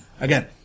again